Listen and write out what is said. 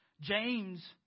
James